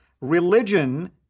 religion